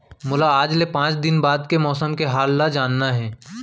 मोला आज ले पाँच दिन बाद के मौसम के हाल ल जानना हे?